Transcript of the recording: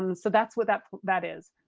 and so that's what that that is.